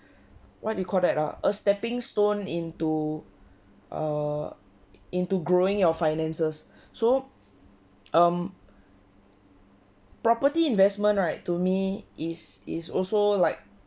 what you call that ah a stepping stone into err into growing your finances so um property investment right to me is is also like